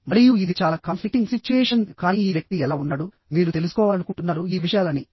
మరియు ఇది చాలా కాన్ఫ్లిక్టింగ్ సిచ్యుయేషన్ కానీ ఈ వ్యక్తి ఎలా ఉన్నాడు మీరు తెలుసు కోవాలనుకుంటున్నారు ఈ విషయాలన్నీ